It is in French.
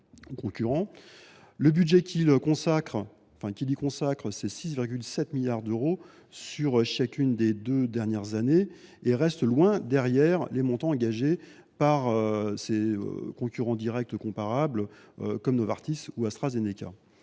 Le budget consacré, 6,7 milliards d’euros sur chacune des deux dernières années, reste loin derrière les montants engagés par ses concurrents directs comparables comme Novartis ou AstraZeneca.